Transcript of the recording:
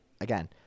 again